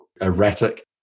erratic